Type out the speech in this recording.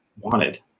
wanted